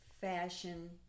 fashion